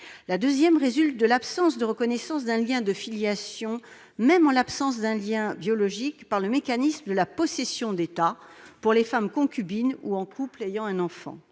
La deuxième discrimination, c'est l'absence de reconnaissance d'un lien de filiation, même en l'absence d'un lien biologique, par le mécanisme de la possession d'état pour les femmes concubines ou en couple ayant un enfant.